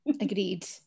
Agreed